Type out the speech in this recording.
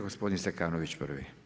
Gospodin Zekanović prvi.